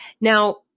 now